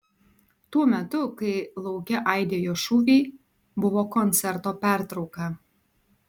tuo metu kai lauke aidėjo šūviai buvo koncerto pertrauka